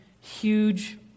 huge